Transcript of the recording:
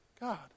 God